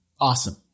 awesome